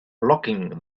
locking